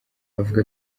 avuga